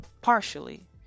partially